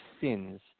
sins